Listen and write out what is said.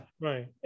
Right